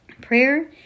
Prayer